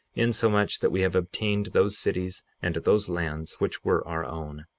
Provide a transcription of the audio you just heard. insomuch that we have obtained those cities and those lands, which were our own.